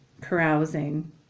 carousing